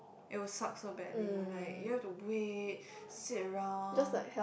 it will suck so badly like you have to wait sit around